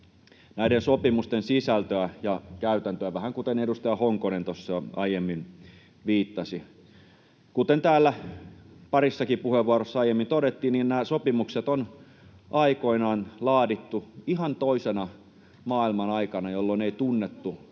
näiden sopimusten sisältöä ja käytäntöä, vähän kuten edustaja Honkonen tuossa aiemmin viittasi? Kuten täällä parissakin puheenvuorossa aiemmin todettiin, nämä sopimukset on aikoinaan laadittu ihan toisena maailmanaikana, [Li Andersson: